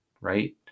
right